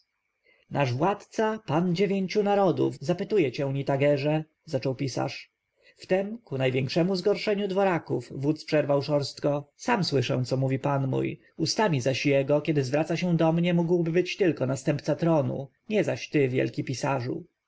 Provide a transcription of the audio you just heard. nasz władca pan dziewięciu narodów zapytuje cię nitagerze zaczął pisarz wtem ku największemu zgorszeniu dworaków wódz przerwał szorstko sam słyszę co mówi pan mój ustami zaś jego kiedy zwraca się do mnie mógłby być tylko następca tronu nie zaś ty wielki pisarzu pisarz